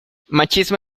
machismo